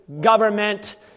government